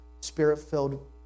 spirit-filled